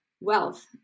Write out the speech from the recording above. wealth